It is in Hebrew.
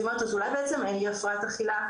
אז היא אומרת: 'אז אולי בעצם אין לי הפרעת אכילה,